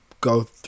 go